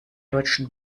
deutschen